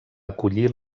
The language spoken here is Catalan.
acollir